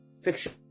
fiction